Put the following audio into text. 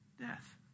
death